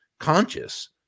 conscious